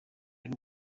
y’u